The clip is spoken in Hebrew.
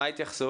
מה ההתייחסות?